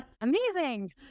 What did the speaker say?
Amazing